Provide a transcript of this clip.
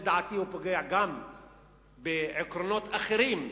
לדעתי, הוא פוגע גם בעקרונות אחרים שבחוק-יסוד,